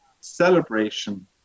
celebration